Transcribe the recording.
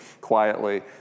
quietly